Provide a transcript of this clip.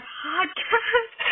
podcast